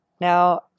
now